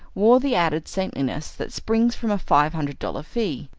wore the added saintliness that springs from a five-hundred dollar fee.